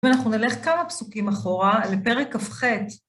אם אנחנו נלך כמה פסוקים אחורה, לפרק כ"ח.